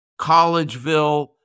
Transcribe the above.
Collegeville